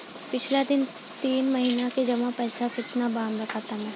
पिछला तीन महीना के जमा पैसा केतना बा हमरा खाता मे?